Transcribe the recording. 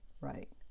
right